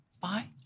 bye